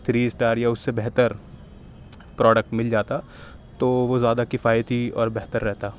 three star یا اس سے بہتر پروڈکٹ مل جاتا تو وہ زیادہ کفایتی اور بہتر رہتا